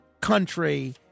country